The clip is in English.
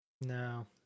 No